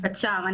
קצר.